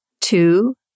two